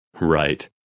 Right